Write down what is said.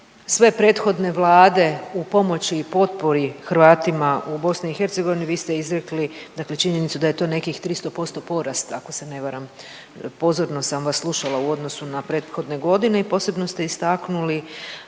sve prethodne vlade u pomoći i potpori Hrvatima u BiH, vi ste izrekli dakle činjenicu da je to nekih 300% porasta ako se ne varam, pozorno sam vas slušala, u odnosu na prethodne godine i posebno ste istaknuli